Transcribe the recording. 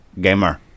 gamer